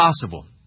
possible